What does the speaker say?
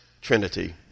Trinity